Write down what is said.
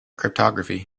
cryptography